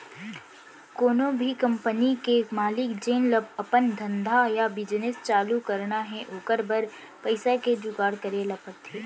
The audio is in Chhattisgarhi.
कोनो भी कंपनी के मालिक जेन ल अपन धंधा या बिजनेस चालू करना हे ओकर बर पइसा के जुगाड़ करे ल परथे